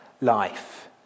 life